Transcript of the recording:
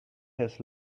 has